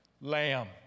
lamb